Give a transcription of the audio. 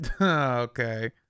Okay